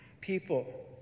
people